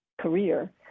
career